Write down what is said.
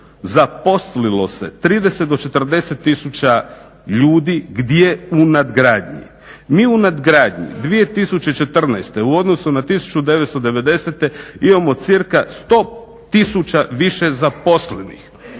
zaposlilo se 30 do 40 tisuća ljudi. Gdje? U nadgradnji. Mi u nadgradnji 2014. u odnosu na 1990. imamo cca. 100 tisuća više zaposlenih